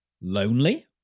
lonely